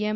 એમ